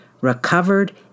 recovered